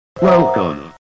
Welcome